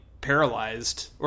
paralyzed